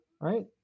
right